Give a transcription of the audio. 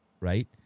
right